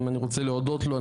אני רוצה להודות לו,